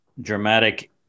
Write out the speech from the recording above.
dramatic